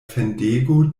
fendego